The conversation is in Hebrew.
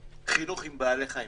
חינוך עם בעלי חיים.